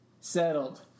Settled